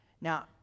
Now